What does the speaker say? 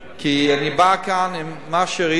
כי אני בא כאן עם מה שראיתי,